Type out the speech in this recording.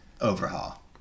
overhaul